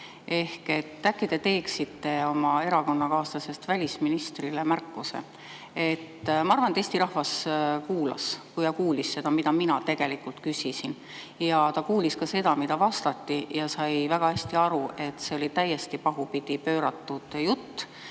mööda. Äkki te teeksite oma erakonnakaaslasest välisministrile märkuse. Ma arvan, et Eesti rahvas kuulas ja kuulis, mida ma tegelikult küsisin, kuulis ka seda, mida vastati, ja sai väga hästi aru, et see oli täiesti pahupidi pööratud jutt,